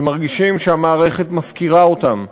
שמרגישים שהמערכת מפקירה אותם.